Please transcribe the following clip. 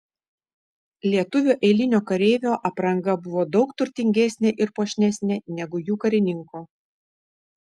lietuvio eilinio kareivio apranga buvo daug turtingesnė ir puošnesnė negu jų karininko